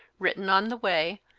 written on the way,